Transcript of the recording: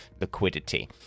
liquidity